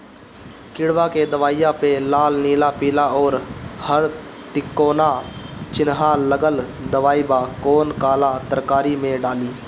किड़वा के दवाईया प लाल नीला पीला और हर तिकोना चिनहा लगल दवाई बा कौन काला तरकारी मैं डाली?